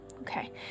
okay